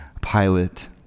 Pilate